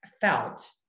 felt